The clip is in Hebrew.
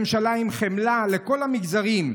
ממשלה עם חמלה לכל המגזרים,